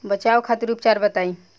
बचाव खातिर उपचार बताई?